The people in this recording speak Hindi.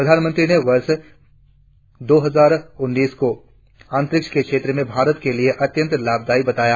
प्रधानमंत्री मोदि ने वर्ष दो हजार उन्नीस को अंतरिक्ष के क्षेत्र में भारत के लिए अत्यंत फलदायी बताया